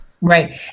Right